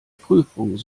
prüfung